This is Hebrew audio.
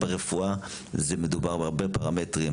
ברפואה מדובר בהרבה פרמטרים.